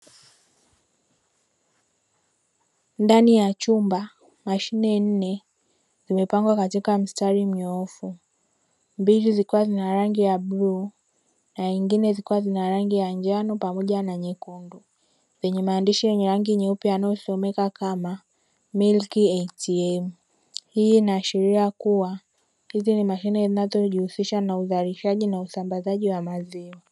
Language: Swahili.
Ndani ya chumba mashine nne zimepangwa katika mstari mnyoofu mbili zikiwa zina rangi ya bluu na zingine zikiwa zina rangi ya njano pamoja na nyekundu zenye maandishi yenye rangi nyeupe yanayosomeka kama “milk ATM”. Hii inaashiria kuwa hizi ni mashine zinazojihusisha na uzalishaji na usambazaji wa maziwa.